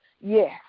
Yes